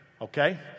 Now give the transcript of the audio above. okay